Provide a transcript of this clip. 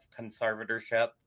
conservatorship